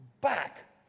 back